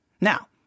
Now